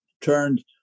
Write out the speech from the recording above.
turned